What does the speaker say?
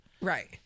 Right